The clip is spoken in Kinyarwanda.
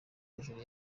hejuru